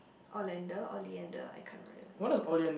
Olander Oleander I can't really remember